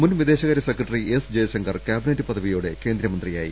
മുൻ വിദേശകാര്യ secretary S Jaishankar cabinet പദവിയോടെ കേന്ദ്രമ ന്ത്രിയായി